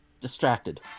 distracted